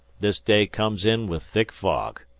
this day comes in with thick fog.